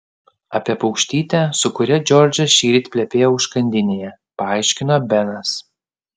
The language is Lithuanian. apie paukštytę su kuria džordžas šįryt plepėjo užkandinėje paaiškino benas